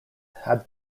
had